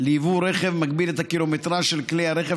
ליבוא רכב מגביל את הקילומטרז' של כלי הרכב